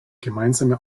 gemeinsame